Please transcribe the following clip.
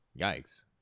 yikes